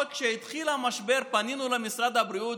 עוד כשהתחיל המשבר פנינו למשרד הבריאות